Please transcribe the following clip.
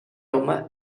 aroma